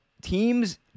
teams